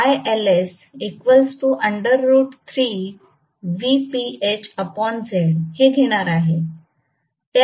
तर मी हे घेणार आहे